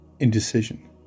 Indecision